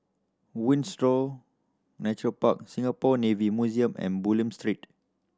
Windsor Nature Park Singapore Navy Museum and Bulim Street